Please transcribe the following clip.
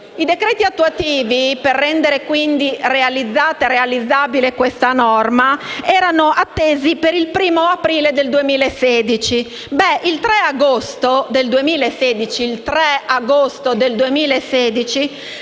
I decreti attuativi, per rendere realizzabile questa norma, erano attesi per il 1° aprile 2016.